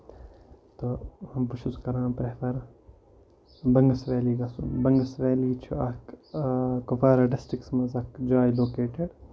تہٕ بہٕ چھُس کران پریفر بنگس ویلی گژھُن بنگس ویلی چھُ اکھ کوپوارا ڈِسٹرکٹس منٛز اکھ جاے لوکیٹِڈ